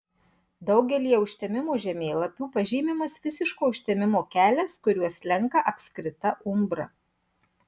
daugelyje užtemimo žemėlapių pažymimas visiško užtemimo kelias kuriuo slenka apskrita umbra